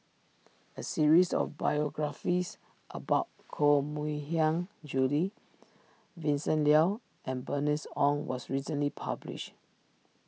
a series of biographies about Koh Mui Hiang Julie Vincent Leow and Bernice Ong was recently published